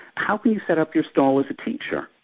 how can you set up your stall as a teacher.